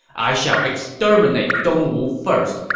i shall exterminate dongwu first,